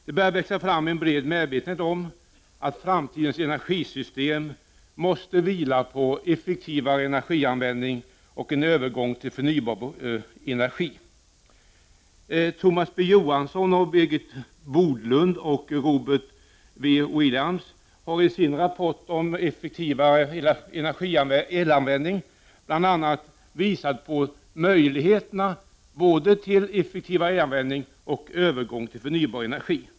Det börjar växa fram en bred medvetenhet om att framtidens energisystem måste vila på effektivare energianvändning och en övergång till förnybar energi. Thomas B Johansson, Birgit Bodlund och Robert W Williams har i sin rapport om effektivare elanvändning bl.a. visat på möjligheterna till såväl effektivare elanvändning som övergång till förnybar energi.